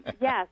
Yes